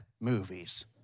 movies